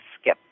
skip